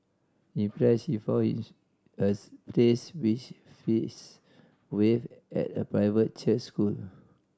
impressed she found his as place wish fees waived at a private church school